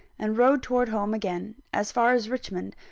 and rode towards home again, as far as richmond,